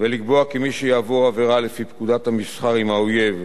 ולקבוע כי מי שיעבור עבירה לפי פקודת המסחר עם האויב,